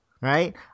Right